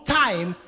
time